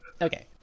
okay